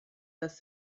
dass